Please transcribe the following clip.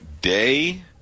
Day